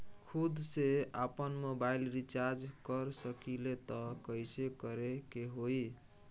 खुद से आपनमोबाइल रीचार्ज कर सकिले त कइसे करे के होई?